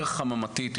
יותר חממתית,